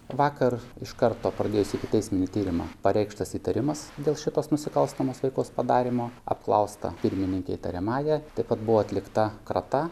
vakar iš karto pradės ikiteisminį tyrimą pareikštas įtarimas dėl šitos nusikalstamos veikos padarymo apklausta pirmininkė įtariamąja taip pat buvo atlikta krata